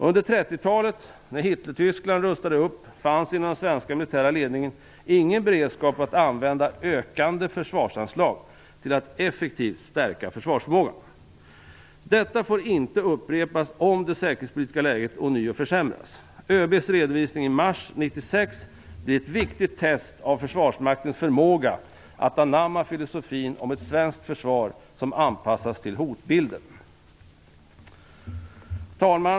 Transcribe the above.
Under 30-talet, när Hitlertyskland rustade upp, fanns det inom den svenska militära ledningen ingen beredskap att använda ökande försvarsanslag till att effektivt stärka försvarsförmågan. Detta får inte upprepas om det säkerhetspolitiska läget ånyo försämras. ÖB:s redovisning i mars 1996 blir ett viktigt test av Försvarsmaktens förmåga att anamma filosofin om ett svenskt försvar som anpassas till hotbilden. Herr talman!